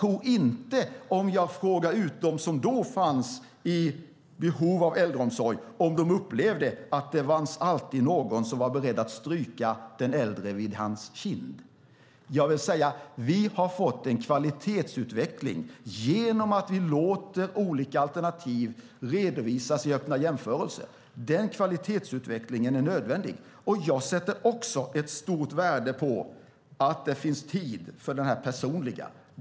Om jag frågar dem som då var i behov av äldreomsorg om de upplevde att det alltid fanns någon som var beredd att stryka den äldre över hans eller hennes kind tror jag inte att svaret blir ja. Vi har alltså fått en kvalitetsutveckling genom att vi låter olika alternativ redovisas i öppna jämförelser. Denna kvalitetsutveckling är nödvändig. Också jag sätter ett stort värde på att det finns tid för det personliga.